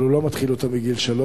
אבל הוא לא מתחיל אותו מגיל שלוש,